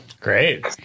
Great